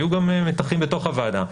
היו גם מתחים בתוך הוועדה.